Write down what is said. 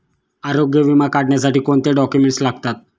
आरोग्य विमा काढण्यासाठी कोणते डॉक्युमेंट्स लागतात?